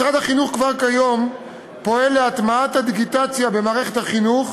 משרד החינוך כבר כיום פועל להטמעת הדיגיטציה במערכת החינוך,